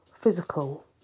physical